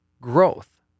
growth